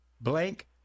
blank